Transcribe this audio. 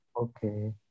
Okay